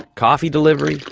coffee delivery,